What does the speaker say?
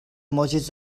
emojis